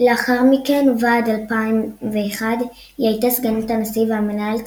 לאחר מכן ועד 2001 היא הייתה סגנית הנשיא והמנהלת